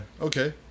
okay